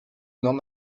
n’en